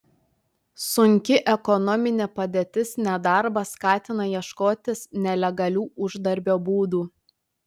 sunki ekonominė padėtis nedarbas skatina ieškotis nelegalių uždarbio būdų